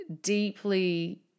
deeply